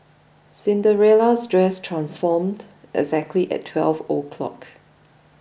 Cinderella's dress transformed exactly at twelve o'clock